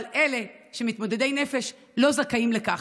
אבל אלה שמתמודדי נפש לא זכאים לכך.